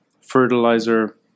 fertilizer